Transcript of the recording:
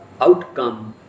outcome